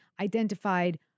identified